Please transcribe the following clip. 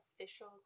official